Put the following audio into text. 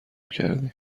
کردیم